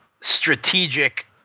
strategic